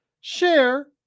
share